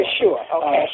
sure